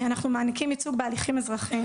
אנחנו מעניקים ייצוג בהליכים אזרחיים.